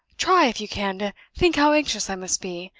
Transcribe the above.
try, if you can, to think how anxious i must be.